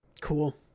Cool